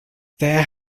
there